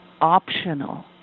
optional